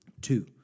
Two